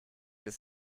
des